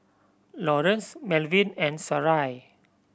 Lawrence Melvin and Sarai